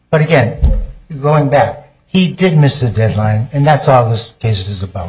but again going back he did miss the deadline and that's all this case is about